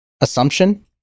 assumption